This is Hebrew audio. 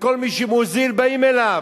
וכל מי שמוזיל, באים אליו.